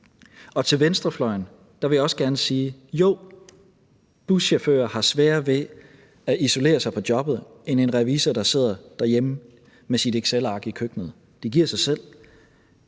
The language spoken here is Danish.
til venstrefløjen vil jeg gerne sige: Jo, buschauffører har sværere ved at isolere sig på jobbet end en revisor, der sidder derhjemme med sit excelark i køkkenet. Det giver sig selv.